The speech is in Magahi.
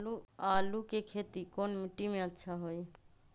आलु के खेती कौन मिट्टी में अच्छा होइ?